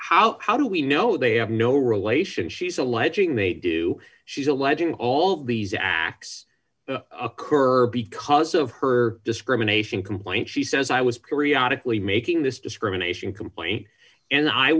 how how do we know they have no relation she's alleging they do she's alleging all these acts occur because of her discrimination complaint she says i was periodic lee making this discrimination complaint and i